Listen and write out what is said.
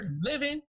living